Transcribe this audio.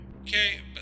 Okay